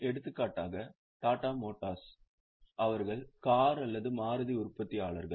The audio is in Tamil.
எடுத்துக்காட்டாக டாடா மோட்டார்ஸ் அவர்கள் கார் அல்லது மாருதி உற்பத்தியாளர்கள்